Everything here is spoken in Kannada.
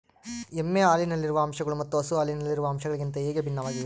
ಎಮ್ಮೆ ಹಾಲಿನಲ್ಲಿರುವ ಅಂಶಗಳು ಮತ್ತು ಹಸು ಹಾಲಿನಲ್ಲಿರುವ ಅಂಶಗಳಿಗಿಂತ ಹೇಗೆ ಭಿನ್ನವಾಗಿವೆ?